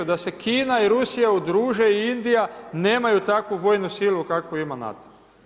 Da se Kina i Rusija udruže i Indija, nemaju takvu vojnu silu kakvu i ima NATO.